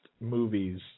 movies